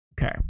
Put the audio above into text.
okay